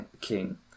king